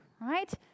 right